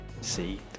see